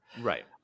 Right